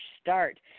start